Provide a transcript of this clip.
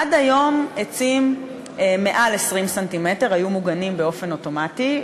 עד היום עצים שקוטר גזעם מעל 10 ס"מ היו מוגנים באופן אוטומטי,